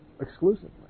exclusively